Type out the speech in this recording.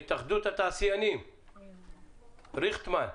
התאחדות התעשיינים, ריכטמן.